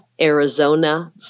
Arizona